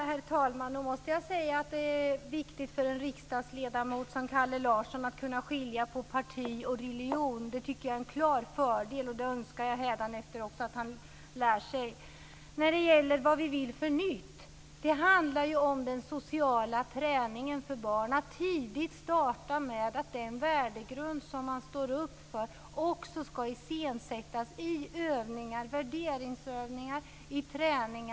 Herr talman! Jag måste säga att det är viktigt för en riksdagsledamot som Kalle Larsson att kunna skilja på parti och religion. Det är en klar fördel. Det önskar jag att han lär sig hädanefter. När det gäller det nya vi vill tillföra, handlar det om den sociala träningen för barn, att tidigt starta med att den värdegrund som man står upp för också skall iscensättas i övningar, värderingsövningar, och i träning.